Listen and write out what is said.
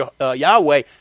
Yahweh